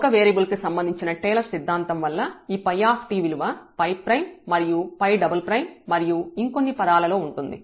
ఒక వేరియబుల్ కి సంబంధించిన టేలర్ సిద్ధాంతం వల్ల ఈ 𝜙 విలువ 𝜙 మరియు 𝜙 మరియు ఇంకొన్ని పదాలలో ఉంటుంది